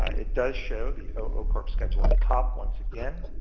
ah it does show the oocorp schedule at the top once again,